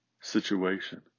situation